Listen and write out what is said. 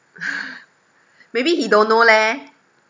maybe he don't know leh